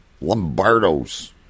Lombardo's